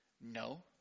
no